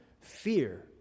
fear